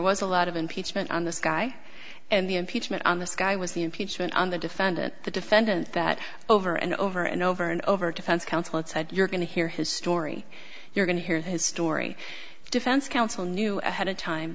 was a lot of impeachment on this guy and the impeachment on this guy was the impeachment on the defendant the defendant that over and over and over and over defense counsel it said you're going to hear his story you're going to hear his story defense counsel knew ahead of time